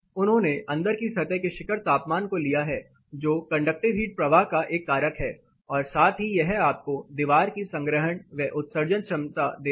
उन्होंने अंदर की सतह के शिखर तापमान को लिया है जो कंडक्टिव हीट प्रवाह का एक कारक है और साथ ही यह आपको दीवार की संग्रहण व उत्सर्जन क्षमता देता है